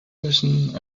müssen